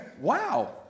wow